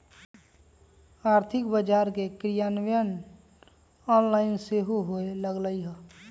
आर्थिक बजार के क्रियान्वयन ऑनलाइन सेहो होय लगलइ ह